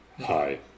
Hi